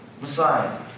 Messiah